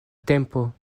tempo